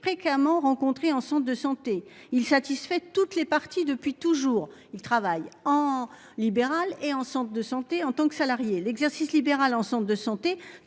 fréquemment rencontrés en de santé il satisfait toutes les parties depuis toujours. Il travaille en libéral et en centre de santé en tant que salarié. L'exercice libéral ensemble de santé